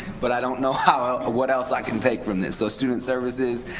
but i don't know how ah what else i can take from this? so student services